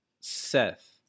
Seth